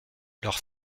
leur